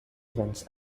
events